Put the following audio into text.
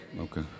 Okay